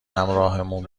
همراهمون